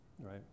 right